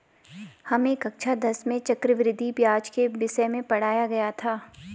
हमें कक्षा दस में चक्रवृद्धि ब्याज के विषय में पढ़ाया गया था